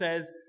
says